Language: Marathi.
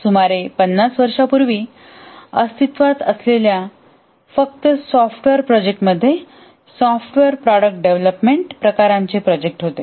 सुमारे 50 वर्षांपूर्वी अस्तित्त्वात असलेल्या फक्त सॉफ्टवेअर प्रोजेक्ट मध्ये सॉफ्टवेअर प्रॉडक्ट डेव्हलपमेंट प्रकारांचे प्रोजेक्ट होते